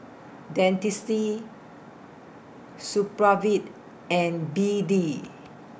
Dentiste Supravit and B D